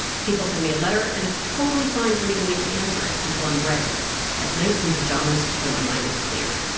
people send me a letter, and it's totally fine for me to wait to answer it until i'm ready at night, in pajamas, when my mind is clear.